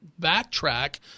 backtrack